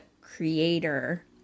creator